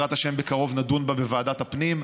ובעזרת השם בקרוב נדון בה בוועדת הפנים,